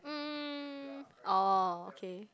um oh okay